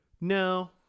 No